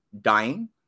dying